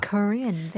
Korean